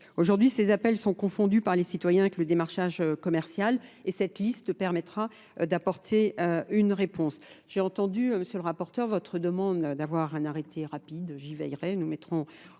Aujourd'hui ces appels sont confondus par les citoyens avec le démarchage commercial et cette liste permettra d'apporter une réponse. J'ai entendu monsieur le rapporteur votre demande d'avoir un arrêté rapide, j'y veillerai. Tous les